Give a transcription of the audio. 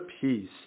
Peace